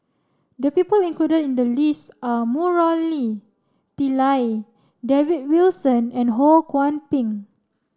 the people included in the list are Murali Pillai David Wilson and Ho Kwon Ping